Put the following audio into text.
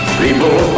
people